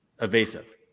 evasive